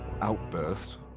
outburst